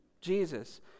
Jesus